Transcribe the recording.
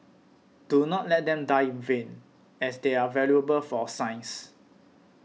do not let them die in vain as they are valuable for science